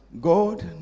God